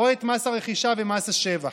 או את מס הרכישה ומס השבח?